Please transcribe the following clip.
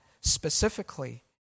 specifically